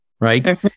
right